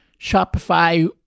Shopify